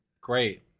Great